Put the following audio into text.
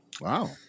Wow